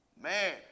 man